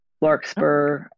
larkspur